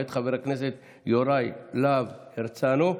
מאת חבר הכנסת יוראי להב הרצנו.